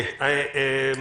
תודה.